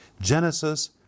Genesis